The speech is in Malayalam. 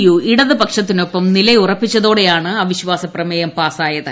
യു ഇടതുപക്ഷത്തിനൊപ്പം നിലയുറപ്പിച്ചതോടെയാണ് അവിശ്വാസ പ്രമേയം പാസായത്